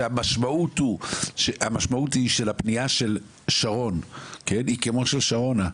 שהמשמעות של הפנייה של שרון היא כמו של שרונה,